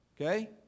Okay